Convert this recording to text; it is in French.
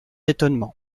étonnement